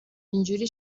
اینجوری